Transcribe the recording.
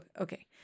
okay